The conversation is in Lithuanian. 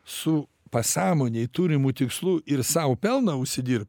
su pasąmonėe turimų tikslu ir sau pelną užsidir